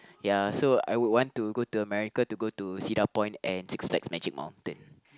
ya so I would want to go to America to go to Cedar Point and Six Flags Magic Mountain